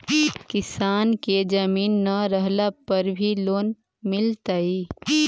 किसान के जमीन न रहला पर भी लोन मिलतइ?